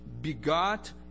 begot